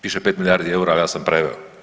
Piše 5 milijardi eura, ali ja sam preveo.